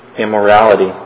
immorality